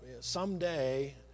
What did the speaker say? someday